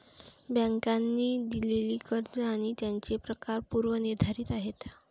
बँकांनी दिलेली कर्ज आणि त्यांचे प्रकार पूर्व निर्धारित आहेत